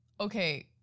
okay